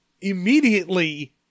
immediately